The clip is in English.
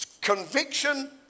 Conviction